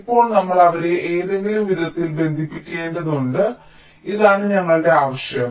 ഇപ്പോൾ നമ്മൾ അവരെ ഏതെങ്കിലും വിധത്തിൽ ബന്ധിപ്പിക്കേണ്ടതുണ്ട് ഇതാണ് ഞങ്ങളുടെ ആവശ്യം